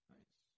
Nice